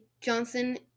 Johnson